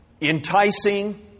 enticing